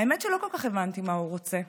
האמת שלא כל כך הבנתי מה הוא רוצה.